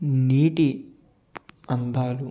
నీటి అందాలు